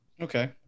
Okay